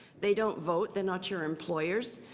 they don't vote. they're not your employers.